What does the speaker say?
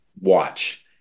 watch